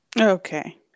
okay